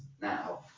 now